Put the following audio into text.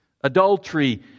adultery